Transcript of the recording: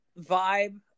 vibe